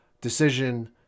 decision